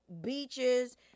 beaches